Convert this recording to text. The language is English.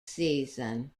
season